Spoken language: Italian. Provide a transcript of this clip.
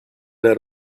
nel